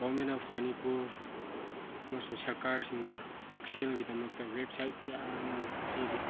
government of Manipur ꯑꯃꯁꯨꯡ ꯁꯔꯀꯥꯔꯁꯤꯡꯅ ꯍꯛꯁꯦꯜꯒꯤꯗꯃꯛꯇ ꯋꯦꯞꯁꯥꯏꯠ ꯀꯌꯥ ꯑꯃ ꯄꯤꯔꯤ